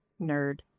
Nerd